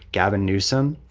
gavin newsom,